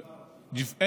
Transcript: ג'יפארא.